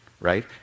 right